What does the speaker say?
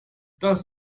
das